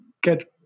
get